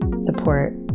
support